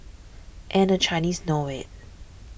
and the Chinese know it